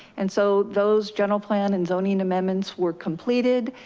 and so those general plan and zoning amendments were completed.